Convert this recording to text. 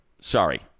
Sorry